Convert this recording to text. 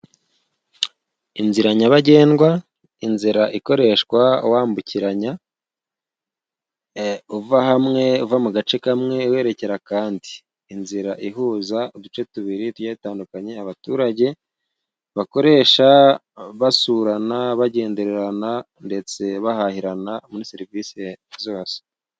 Inzira nyabagendwa. Inzira ikoreshwa wambukiranya uva hamwe, uva mu gace kamwe werekera mu kandi. Inzira ihuza uduce tubiri tugiye dutandukanye abaturage bakoresha basurana, bagendererana ndetse bahahirana muri serivise zose.